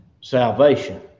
Salvation